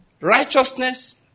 Righteousness